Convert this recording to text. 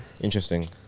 Interesting